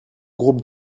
groupe